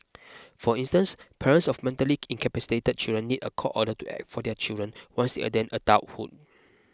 for instance parents of mentally incapacitated children need a court order to act for their children once attain adulthood